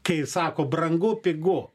kai sako brangu pigu